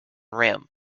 rim